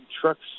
trucks